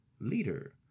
leader